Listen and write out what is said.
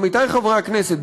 עמיתי חברי הכנסת,